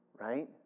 right